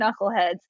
knuckleheads